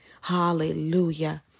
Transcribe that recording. Hallelujah